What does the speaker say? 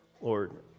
Lord